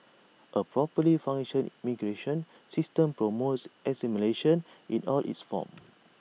A properly function immigration system promos assimilation in all its forms